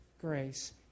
grace